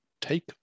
take